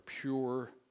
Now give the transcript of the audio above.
pure